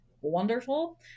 wonderful